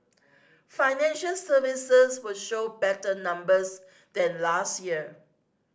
financial services will show better numbers than last year